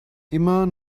immer